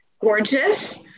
gorgeous